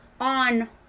on